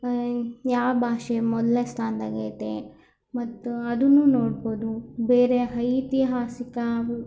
ಯಾವ ಭಾಷೆ ಮೊದಲ್ನೇ ಸ್ಥಾನದಾಗೈತೆ ಮತ್ತು ಅದನ್ನು ನೋಡ್ಬೋದು ಬೇರೆ ಐತಿಹಾಸಿಕ